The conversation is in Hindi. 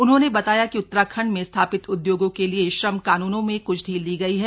उन्होंने बताया कि उत्तराखंड में स्थापित उद्योगों के लिए श्रम कानूनों में कुछ ढील दी गई है